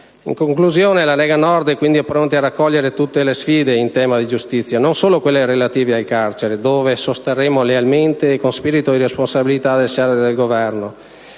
In conclusione, la Lega Nord è pronta a raccogliere tutte le sfide in tema di giustizia: non solo quelle relative alle carceri, dove sosterremo lealmente e con spirito di responsabilità le scelte del Governo